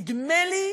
נדמה לי